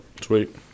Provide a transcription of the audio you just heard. Sweet